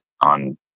on